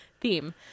theme